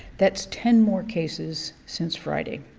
that's ten more cases since friday.